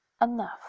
enough